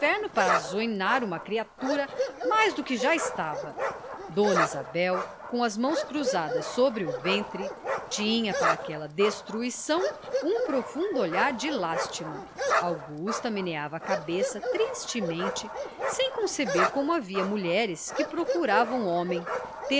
inferno para azoinar uma criatura mais do que já estava dona isabel com as mãos cruzadas sobre o ventre tinha para aquela destruição um profundo olhar de lástima augusta meneava a cabeça tristemente sem conceber como havia mulheres que procuravam homem